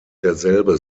derselbe